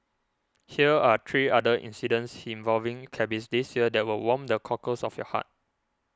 hear are three other incidents involving cabbies this year that will warm the cockles of your heart